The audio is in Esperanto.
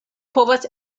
povas